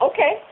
Okay